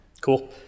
Cool